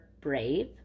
brave